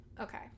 Okay